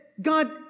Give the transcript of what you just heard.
God